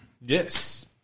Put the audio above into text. Yes